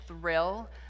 thrill